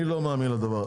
אני לא מאמין לזה.